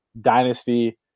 dynasty